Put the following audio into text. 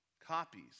copies